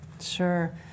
Sure